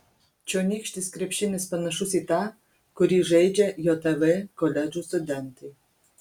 čionykštis krepšinis panašus į tą kurį žaidžia jav koledžų studentai